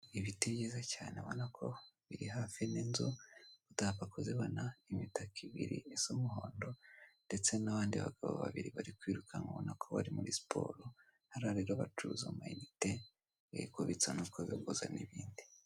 Ibiti byiza cyane ubonako biri hafi n'inzu utapfa kuzibona, imitaka ibiri isa umuhondo ndetse n'abandi bagabo babiri barikwirukanka ubonako bari muri siporo hari n'abacuruza amainite yo kubitsa no kubikuza n'ibindi.